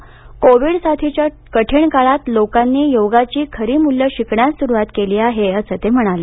Covid साथीच्या कठीण काळात लोकांनी योगाची खरी मूल्ये शिकण्यास सुरुवात केली असं ते म्हणाले